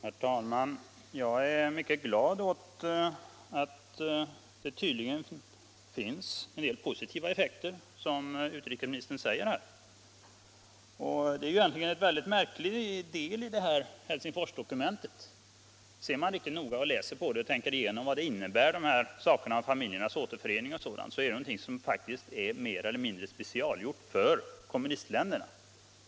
Herr talman! Jag är mycket glad åt att det tydligen uppnåtts en del positiva effekter, som utrikesministern säger här. Helsingforsdokumentet är egentligen mycket märkligt i denna del. Ser man noga på det, läser igenom det och tänker igenom vad det som sägs om familjernas återförening innebär finner man att det faktiskt är mer eller mindre specialgjort för kommunistländerna.